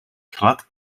glad